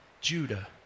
Judah